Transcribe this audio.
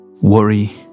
Worry